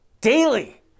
daily